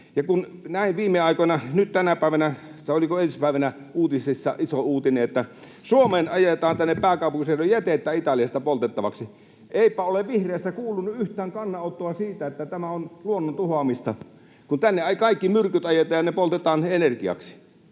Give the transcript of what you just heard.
sanoneet. Viime aikoina, nyt tänä päivänä vai oliko eilispäivänä, on ollut uutisissa iso uutinen, että Suomeen tänne pääkaupunkiseudulle ajetaan jätettä Italiasta poltettavaksi. Eipä ole vihreistä kuulunut yhtään kannanottoa siitä, että tämä on luonnon tuhoamista, kun tänne kaikki myrkyt ajetaan ja ne poltetaan energiaksi.